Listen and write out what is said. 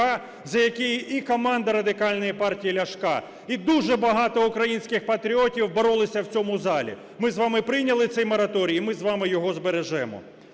за який і команда Радикальної партії Ляшка, і дуже багато українських патріотів боролися в цьому залі. Ми з вами прийняли цей мораторій, і ми з вами його збережемо.